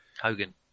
Hogan